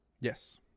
yes